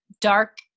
dark